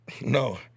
No